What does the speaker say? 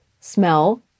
smell